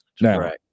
Now